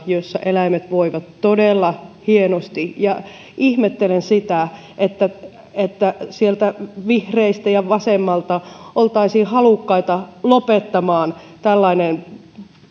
joissa eläimet voivat todella hienosti ja ihmettelen sitä että että sieltä vihreistä ja vasemmalta oltaisiin halukkaita lopettamaan